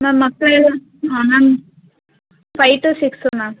ma'am ಮಕ್ಕಳಿಗೆ ಹಾಂ ma'am five two six ma'am